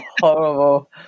Horrible